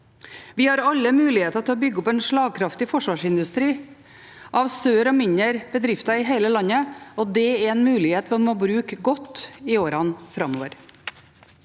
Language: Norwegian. Vi har alle muligheter til å bygge opp en slagkraftig forsvarsindustri av større og mindre bedrifter i hele landet. Det er en mulighet man må bruke godt i årene framover.